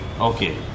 Okay